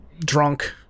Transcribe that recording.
drunk